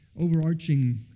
Overarching